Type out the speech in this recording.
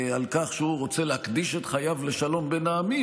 על כך שהוא רוצה להקדיש את חייו לשלום בין העמים,